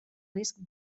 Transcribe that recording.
risc